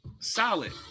solid